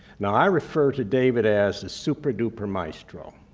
now i refer to david as the super-duper maestro.